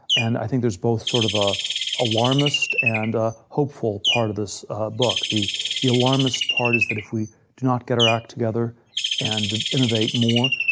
and i think there's both sort of an ah alarmist and a hopeful part of this book. the the alarmist part is that if we do not get our act together and innovate more,